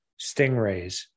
Stingrays